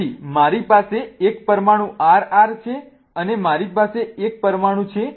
તેથી મારી પાસે એક પરમાણુ RR છે અને મારી પાસે બીજો એક પરમાણુ છે જે S અને S છે